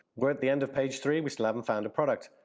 we're at the end of page three, we still haven't found a product.